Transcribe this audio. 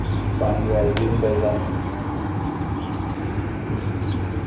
पानी दे बगैरा एह्बी निं बचदा